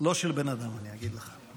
לא של בן אדם, אני אגיד לך.